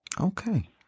Okay